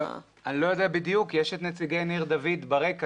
אני לא יודע בדיוק כי יש את נציגי ניר דוד ברקע.